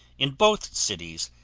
in both cities,